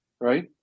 right